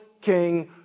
king